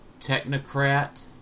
Technocrat